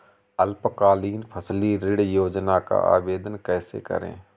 अल्पकालीन फसली ऋण योजना का आवेदन कैसे करें?